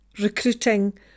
Recruiting